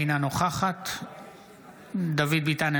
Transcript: אינה נוכחת דוד ביטן,